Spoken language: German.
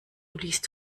liest